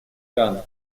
иран